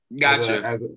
Gotcha